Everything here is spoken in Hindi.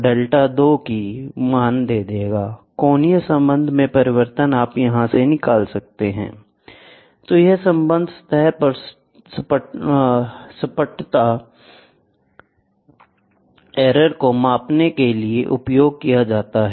इसलिए कोणीय संबंध में परिवर्तन तो यह संबंध सतह पर सपाटता एरर को मापने के लिए उपयोग किया जाता है